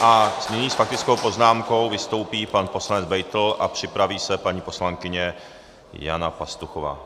A nyní s faktickou poznámkou vystoupí pan poslanec Beitl a připraví se paní poslankyně Jana Pastuchová.